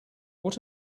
what